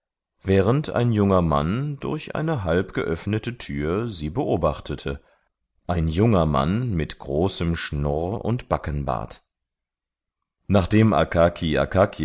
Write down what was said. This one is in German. während ein junger mann durch eine halbgeöffnete tür sie beobachtete ein junger mann mit großem schnurr und backenbart nachdem